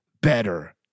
better